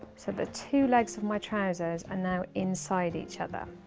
so the two legs of my trousers are now inside each other.